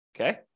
Okay